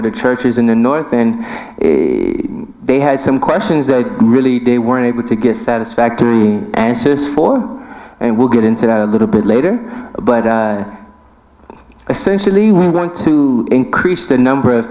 of the churches in the north and they had some questions that really they weren't able to get satisfactory answers for and we'll get into that a little bit later but essentially you want to increase the number of